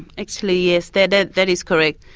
actually, yes. that ah that is correct.